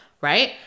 right